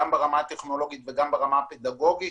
גם ברמה הטכנולוגית וגם ברמה הפדגוגית.